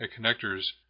connectors